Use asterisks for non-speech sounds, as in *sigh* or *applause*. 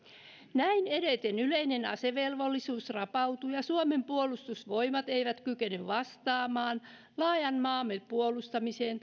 näin edeten yleinen asevelvollisuus rapautuu ja suomen puolustusvoimat ei kykene vastaamaan laajan maamme puolustamiseen *unintelligible*